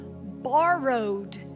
borrowed